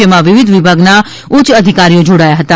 જેમાં વિવિધવિભાગના ઉચ્ચ અધિકારીઓ જોડાયા હતા